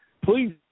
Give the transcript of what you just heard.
please